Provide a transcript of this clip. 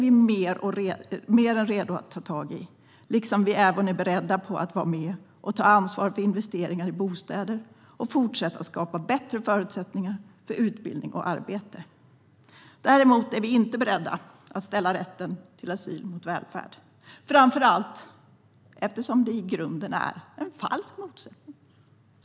Vi är även beredda att vara med och ta ansvar för investeringar i bostäder och fortsätta skapa bättre förutsättningar för utbildning och arbete. Däremot är vi inte beredda att ställa rätten till asyl mot välfärd, framför allt eftersom det i grunden är en falsk motsättning.